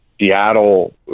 Seattle